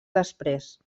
després